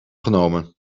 genomen